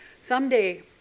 someday